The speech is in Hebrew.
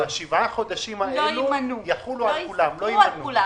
ששבעת החודשים האלה לא יימנו, יחולו על כולם.